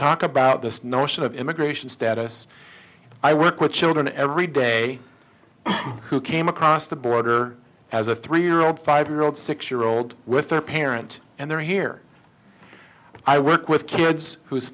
talk about this notion of immigration status i work with children every day who came across the border as a three year old five year old six year old with their parent and they're here i work with kids whose